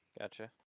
Gotcha